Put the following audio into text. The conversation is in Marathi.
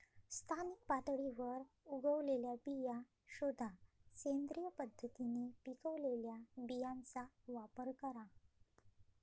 स्थानिक पातळीवर उगवलेल्या बिया शोधा, सेंद्रिय पद्धतीने पिकवलेल्या बियांचा वापर करा